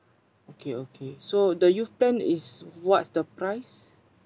okay okay so the youth plan is what's the price